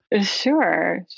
Sure